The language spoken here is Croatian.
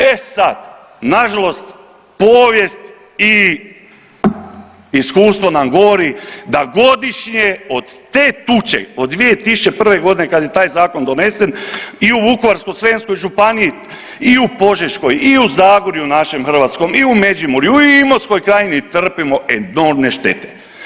E sad na žalost povijest i iskustvo nam govori da godišnje od te tuče od 2001. godine kad je taj zakon donesen i u Vukovarsko-srijemskoj županiji i u Požeškoj i u Zagorju našem hrvatskom i u Međimurju i Imotskoj krajini trpimo enormne štete.